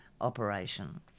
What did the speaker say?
operation